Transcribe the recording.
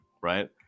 right